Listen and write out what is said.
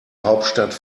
hauptstadt